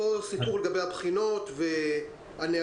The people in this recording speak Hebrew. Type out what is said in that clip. אותו סיפור לגבי הבחינות והנהלים.